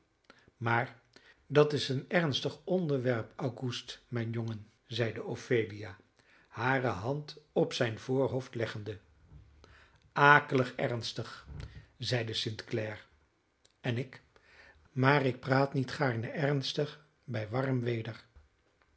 maar dat is een ernstig onderwerp auguste mijn jongen zeide ophelia hare hand op zijn voorhoofd leggende akelig ernstig zeide st clare en ik maar ik praat niet gaarne ernstig bij warm weder